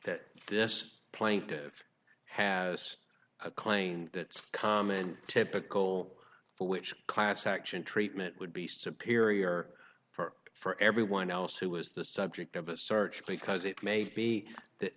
that this plaintive has claimed that's common typical for which class action treatment would be superior for for everyone else who was the subject of a search because it may be that